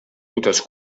rutes